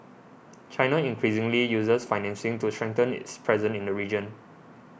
china increasingly uses financing to strengthen its presence in the region